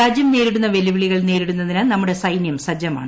രാജ്യം നേരിടുന്ന വെല്ലുവിളികൾ നേരിടുന്നതിന് നമ്മുടെ സൈന്യം സജജമാണ്